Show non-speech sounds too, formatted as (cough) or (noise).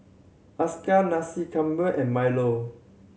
(unintelligible) Nasi Campur and milo